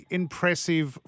impressive